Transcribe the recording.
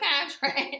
contract